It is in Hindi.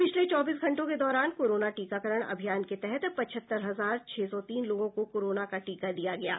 पिछले चौबीस घंटों के दौरान कोरोना टीकाकरण अभियान के तहत पचहत्तर हजार छह सौ तीन लोगों को कोरोना का टीका दिया गया है